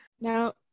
Now